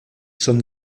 son